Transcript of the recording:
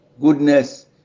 Goodness